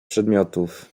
przedmiotów